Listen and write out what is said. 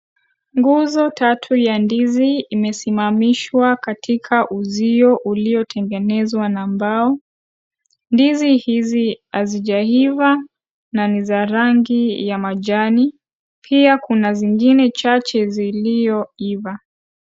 Nguzo tatu ya ndizi imesimamishwa katika uzio uliyotengenezwa na mbao. Ndizi hizi hazijaiva na ni za rangi ya majani, pia kuna zingine chache zilioiva.